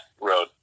road